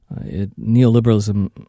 neoliberalism